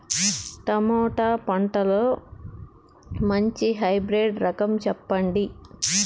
Tomato పంటలో మంచి hybrid రకం చెప్పండి?